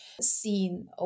seen